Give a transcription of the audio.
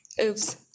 Oops